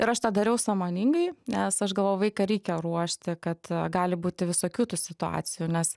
ir aš tą dariau sąmoningai nes aš galvojau vaiką reikia ruošti kad gali būti visokių tų situacijų nes